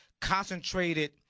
concentrated—